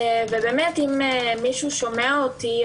ואם מישהו שומע אותי,